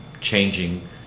changing